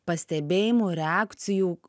pastebėjimų reakcijų